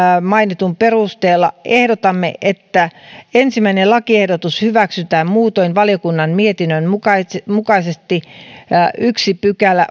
mainitun perusteella ehdotamme että ensimmäinen lakiehdotus hyväksytään muutoin valiokunnan mietinnön mukaisesti mukaisesti paitsi ensimmäinen pykälä